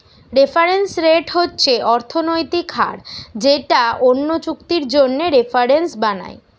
reference rate হচ্ছে অর্থনৈতিক হার যেটা অন্য চুক্তির জন্যে রেফারেন্স বানায়